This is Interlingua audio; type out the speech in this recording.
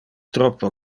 troppo